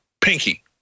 Pinky